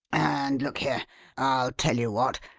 and look here i'll tell you what.